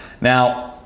now